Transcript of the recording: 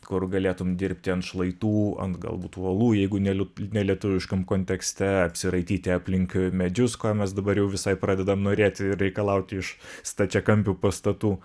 kur galėtum dirbti ant šlaitų ant galbūt uolų jeigu neliū nelietuviškam kontekste apsiraityti aplink medžius ko mes dabar jau visai pradedam norėti ir reikalauti iš stačiakampių pastatų